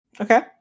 Okay